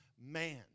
man